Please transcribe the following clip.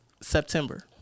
September